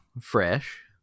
Fresh